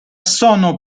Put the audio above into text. sono